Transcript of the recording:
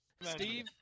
Steve